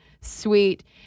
sweet